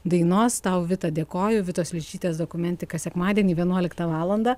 dainos tau vita dėkoju vitos viršytės dokumentika sekmadienį vienuoliktą valandą